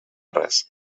res